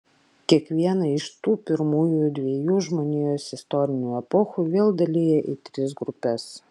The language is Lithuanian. kiekvieną iš tų pirmųjų dviejų žmonijos istorinių epochų vėl dalija į tris grupes